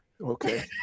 Okay